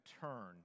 turn